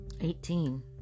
eighteen